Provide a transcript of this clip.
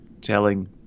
telling